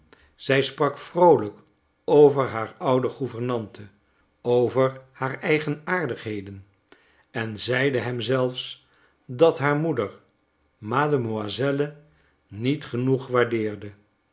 zij sprak vroolijk over haar oude gouvernante over haar eigenaardigheden en zeide hem zelfs dat haar moeder mademoiselle niet genoeg waardeerde